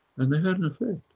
and they had an effect.